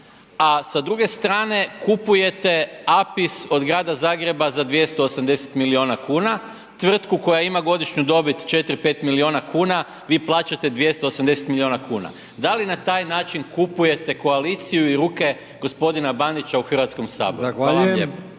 a sa druge strane kupujete APIS od Grada Zagreba za 280 milijuna kuna, tvrtku koja ima godišnju dobit 4, 5 milijuna kuna, vi plaćate 280 milijuna kuna. Da li na taj način kupujete koaliciju i ruke g. Bandića u HS-u?